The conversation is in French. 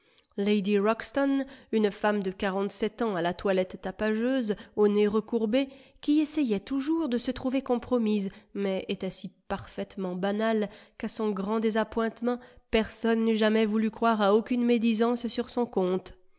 lady ruxton une femme de quarante-sept ans à la toilette tapageuse au nez recourbé qui essayait toujours de se trouver compromise mais était si parfaitement banale qu'à son grand désappointement personne n'eût jamais voulu croire à aucune médisance sur son compte